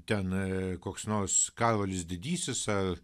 tenai koks nors karolis didysis ar